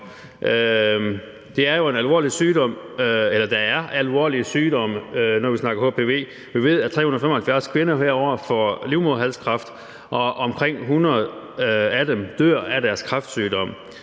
tale om alvorlige sygdomme, når vi snakker hpv. Vi ved, at 375 kvinder hvert år får livmoderhalskræft, og omkring 100 af dem dør af deres kræftsygdom.